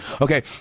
Okay